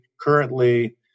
currently